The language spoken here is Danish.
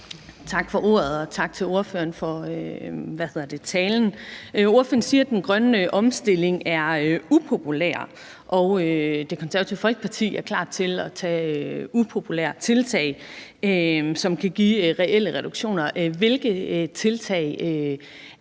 Tak for ordet, og tak til ordføreren for talen. Ordføreren siger, at den grønne omstilling er upopulær, og at Det Konservative Folkeparti er klar til at tage upopulære tiltag, som kan give reelle reduktioner. Hvilke tiltag er